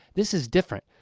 this is different.